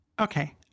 Okay